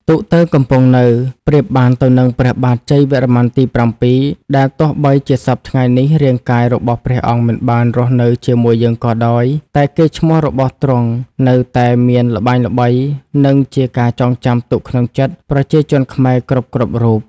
ទូកទៅកំពង់នៅ ប្រៀបបានទៅនឹង ព្រះបាទ ជ័យវរ្ម័នទី៧ ដែលទោះបីជាសព្វថ្ងៃនេះ រាងកាយរបស់ព្រះអង្គមិនបានរស់នៅជាមួយយើងក៏ដោយ តែកេរ្តិ៍ឈ្មោះរបស់ទ្រង់នៅតែមានល្បាញល្បីនិងជាការចងចាំទុកក្នុងចិត្តប្រជាជនខ្មែរគ្រប់ៗរូប។